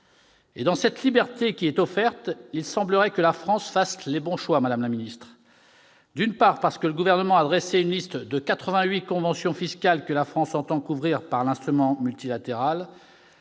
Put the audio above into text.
Et dans cette liberté qui est offerte, il semblerait que la France fasse les bons choix. D'une part, parce que le Gouvernement a dressé une liste de quatre-vingt-huit conventions fiscales que la France entend couvrir par l'instrument multilatéral.